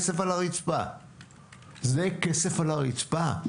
זה כסף על הרצפה.